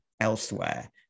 elsewhere